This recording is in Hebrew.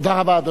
תודה רבה.